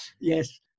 Yes